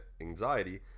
anxiety